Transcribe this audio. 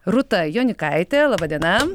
rūta jonikaitė laba diena